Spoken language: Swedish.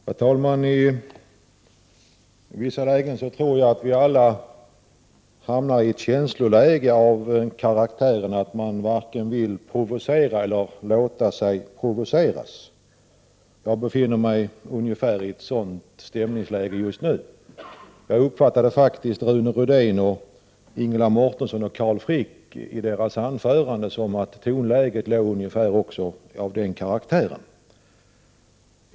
Herr talman! I vissa situationer tror jag att vi alla hamnari ett känsloläge av den karaktären att man varken vill provocera eller låta sig provoceras. Jag befinner mig i ett sådant stämningsläge just nu. Jag uppfattade faktiskt Rune Rydéns, Ingela Mårtenssons och Carl Fricks anföranden som att tonläget hade ungefär samma karaktär.